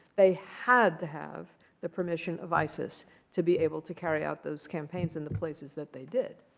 they had to have the permission of isis to be able to carry out those campaigns in the places that they did.